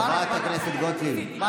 חברת הכנסת גוטליב,